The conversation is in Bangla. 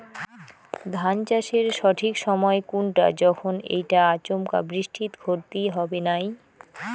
ধান চাষের সঠিক সময় কুনটা যখন এইটা আচমকা বৃষ্টিত ক্ষতি হবে নাই?